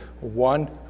one